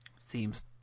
Seems